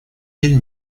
или